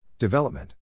Development